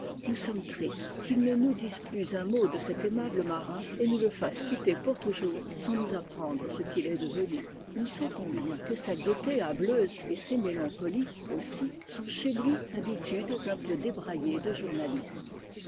nous sommes triste qu'il ne nous dise plus un mot de cet aimable marin et nous le fasse quitter pour toujours sans nous apprendre ce qu'il est devenu nous sentons bien que sa gaieté hâbleuse et ses mélancolies aussi sont chez lui habitudes un peu débraillées de journaliste